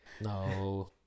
No